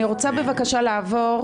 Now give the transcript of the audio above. אני רוצה בבקשה לעבור